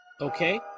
Okay